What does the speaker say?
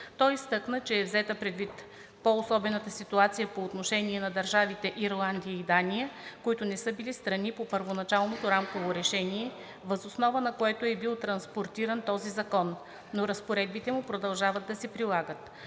Той изтъкна, че е взета предвид по-особената ситуация по отношение на държавите Ирландия и Дания, които не са били страни по първоначалното Рамково решение, въз основа на което е бил транспониран този закон, но разпоредбите му продължават да се прилагат.